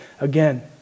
again